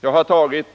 Jag har